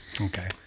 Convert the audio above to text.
Okay